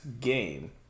game